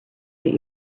that